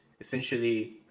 essentially